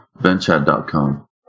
Benchat.com